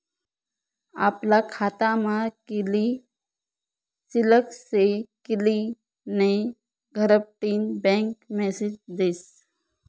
आपला खातामा कित्ली शिल्लक शे कित्ली नै घरबठीन बँक मेसेज देस